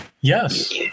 Yes